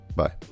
bye